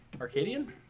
Arcadian